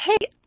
hey